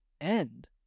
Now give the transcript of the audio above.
end